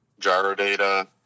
GyroData